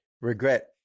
Regret